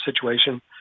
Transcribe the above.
situation